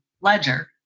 ledger